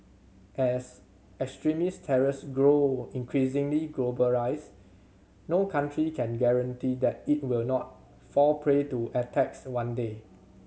as extremist terrors grow increasingly globalised no country can guarantee that it will not fall prey to attacks one day